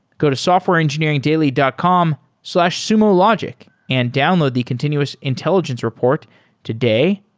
go to softwareengineeringdaily dot com slash sumologic and download the continuous intelligence report today.